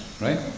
right